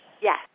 Yes